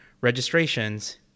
registrations